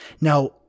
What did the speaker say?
Now